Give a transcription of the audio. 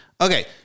Okay